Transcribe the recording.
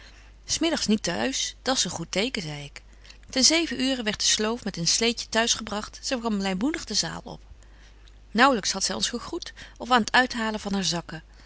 s middags niet te huis dat s een goed teken zei ik ten zeven uuren werdt de sloof met een sleedje t'huis gebragt zy kwam blymoedig de zaal op naauwlyks hadt zy ons gegroet of aan t uithalen van haar zakken